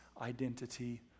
identity